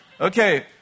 Okay